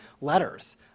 letters